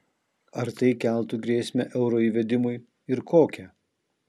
ar tai keltų grėsmę euro įvedimui ir kokią